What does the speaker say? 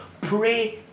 Pray